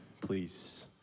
please